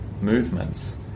movements